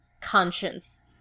conscience